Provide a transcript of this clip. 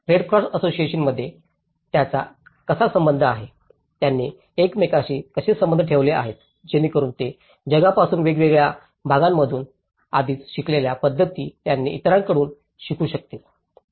red cross असोसिएशनमध्ये त्यांचा कसा संबंध आहे त्यांनी एकमेकांशी कसे संबंध ठेवले आहेत जेणेकरून ते जगापासून वेगवेगळ्या भागांमधून आधीच शिकलेल्या पद्धती त्यांनी इतरांकडून शिकू शकतील